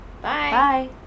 Bye